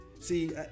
See